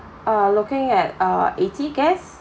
uh looking at uh eighty guests